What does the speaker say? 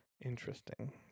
Interesting